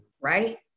right